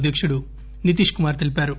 అధ్యకుడు నితీష్ కుమార్ తెలిపారు